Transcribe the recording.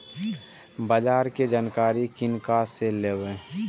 बाजार कै जानकारी किनका से लेवे?